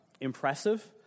impressive